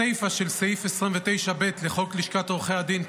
הסיפה של סעיף 29(ב) לחוק לשכת עורכי הדין,